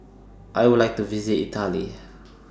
I Would like to visit Italy